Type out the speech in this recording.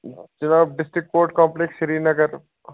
جِناب district court complex Srinagar